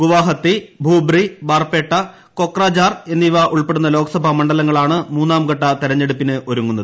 ഗുവഹാത്തി ഭൂബ്രി ബർപേട്ട കൊക്രാജ്റാർ എന്നിവ ഉൾപ്പെടുന്ന ലോക്സഭാ മണ്ഡലങ്ങളാണ് മൂന്നാംഘട്ട തിരഞ്ഞെടുപ്പിന് ഒരുങ്ങുന്നത്